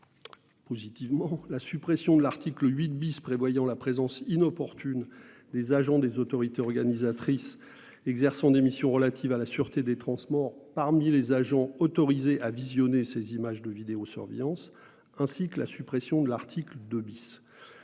tout de même la suppression de l'article 8 , qui prévoyait la présence inopportune des agents des autorités organisatrices exerçant des missions relatives à la sûreté des transports parmi les agents autorisés à visionner les images de vidéosurveillance, ainsi que celle de l'article 2 .